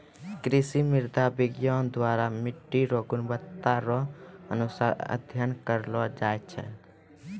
कृषि मृदा विज्ञान द्वरा मट्टी रो गुणवत्ता रो अनुसार अध्ययन करलो जाय छै